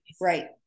Right